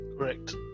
Correct